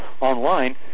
online